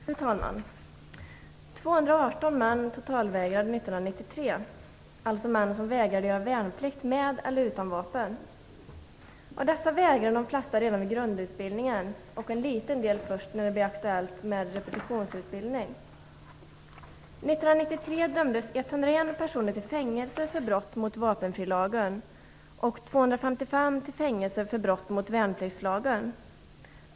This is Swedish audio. Fru talman! 218 män totalvägrade 1993. Det handlar alltså om män som vägrade göra värnplikt med eller utan vapen. Av dessa vägrade de flesta redan vid grundutbildningen. En liten del vägrade först när det blev aktuellt med repetitionsutbildning. 1993 dömdes 101 personer till fängelse för brott mot vapenfrilagen och 255 till fängelse för brott mot värnpliktslagen.